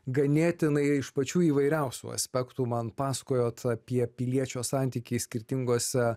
ganėtinai iš pačių įvairiausių aspektų man pasakojot apie piliečio santykį skirtingose